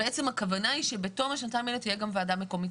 בעצם הכוונה היא שבתום השנתיים האלה תהיה כבר גם ועדה מקומית.